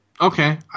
Okay